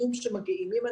מי המגיעים,